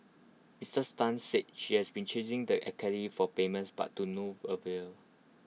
miss Tan said she has been chasing the for payments but to no avail